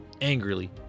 Angrily